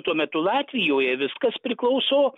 tuo metu latvijoje viskas priklauso